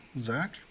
Zach